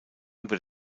über